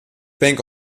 bank